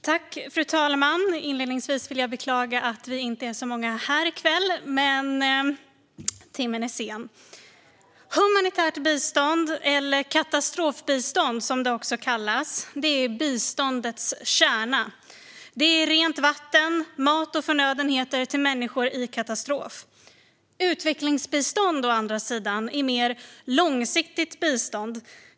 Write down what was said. Fru talman! Inledningsvis vill jag beklaga att vi inte är så många här i kväll, men timmen är sen. Humanitärt bistånd, eller katastrofbistånd som det också kallas, är biståndets kärna. Det är rent vatten, mat och förnödenheter till människor i katastrof. Utvecklingsbistånd å andra sidan är mer långsiktigt bistånd.